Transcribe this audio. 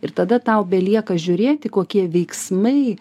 ir tada tau belieka žiūrėti kokie veiksmai